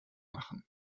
machen